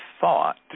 thought